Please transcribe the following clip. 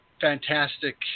fantastic